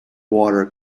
water